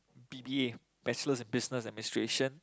B B A Bachelors in Business Administration